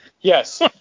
Yes